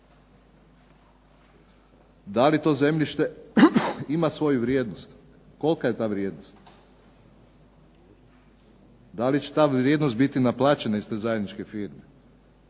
Da li to zemljište ima svoju vrijednost? Kolika je ta vrijednost? Da li će ta vrijednost biti naplaćena iz te zajedničke firme